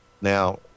Now